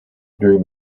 during